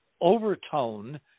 overtone